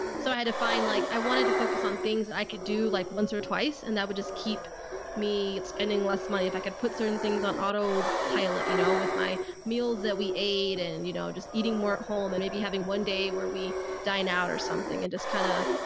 so i had to find like i wanted to focus on things that i could do like once or twice, and that would just keep me spending less money if i could put certain things on auto pilot, you know, with my meals that we ate and and you know, just eating more at home and maybe having one day where we dine out or something. and just kind of.